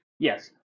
Yes